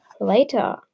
later